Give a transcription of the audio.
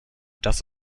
das